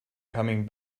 coming